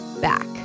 back